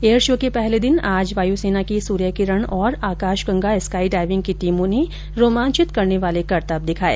air show के पहले दिन आज वायु सेना की सूर्य किरण और आकाश गंगा स्काई डाइविंग की टीमों ने रोमांचित करने वाले करतब दिखाए